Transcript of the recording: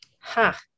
ha